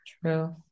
True